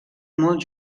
molt